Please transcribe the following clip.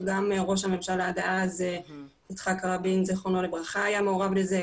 גם ראש הממשלה דאז יצחק רבין ז"ל היה מעורב בזה,